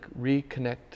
reconnect